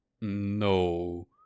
No